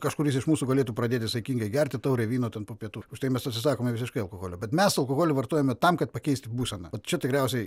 kažkuris iš mūsų galėtų pradėti saikingai gerti taurę vyno ten po pietų už tai mes atsisakome visiškai alkoholio bet mes alkoholį vartojame tam kad pakeisti būseną vat čia tikriausiai